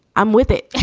i'm with it